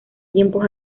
tiempos